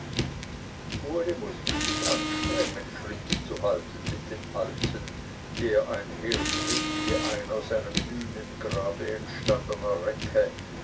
uli mußte sich anstrengen schritt zu halten mit dem alten der einherschritt wie ein aus einem hünengrabe erstandener recke